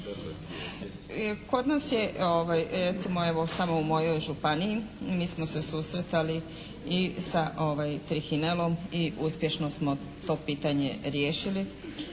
recimo evo samo u mojoj županiji, mi smo se susretali i sa trihinelom i uspješno smo to pitanje riješili.